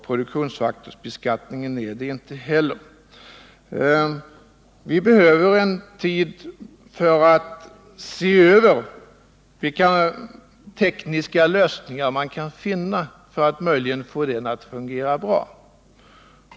Produktionsfaktorsbeskattningen är det inte heller. Vi behöver en tid för att se över vilka tekniska lösningar man kan finna för att möjligen få produktionsfaktorsbeskattningen att fungera bra.